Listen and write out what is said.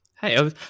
Hey